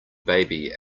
baby